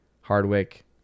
Hardwick